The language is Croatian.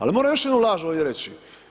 Ali moram još jednu laž ovdje reći.